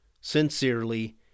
sincerely